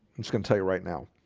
i'm just gonna tell you right now